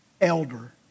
elder